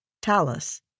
Talus